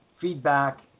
feedback